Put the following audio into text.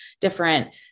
different